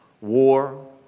war